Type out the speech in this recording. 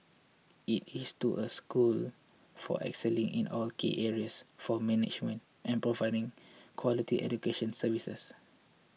it is to a school for excelling in all key areas for management and providing quality education services